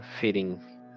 feeding